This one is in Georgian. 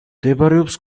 მდებარეობს